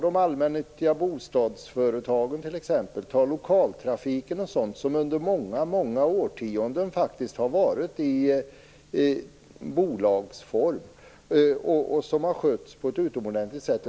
De allmännyttiga bostadsföretagen t.ex., och lokaltrafiken, har faktiskt i många årtionden drivits i bolagsform och har skötts på ett utomordentligt sätt.